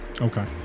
Okay